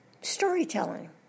storytelling